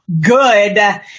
good